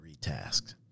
retasked